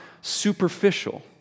superficial